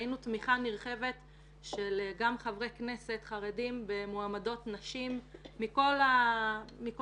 ראינו תמיכה נרחבת גם של חברי כנסת חרדים במועמדות נשים מכל הסוגים,